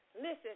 listen